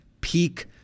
peak